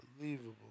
unbelievable